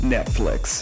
Netflix